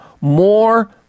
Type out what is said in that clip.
more